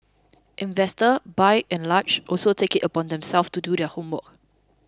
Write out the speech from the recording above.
investors by and large also take it upon themselves to do their homework